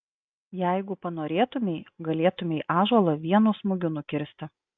jeigu panorėtumei galėtumei ąžuolą vienu smūgiu nukirsti